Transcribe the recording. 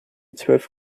zwölf